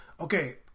Okay